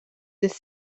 this